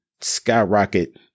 skyrocket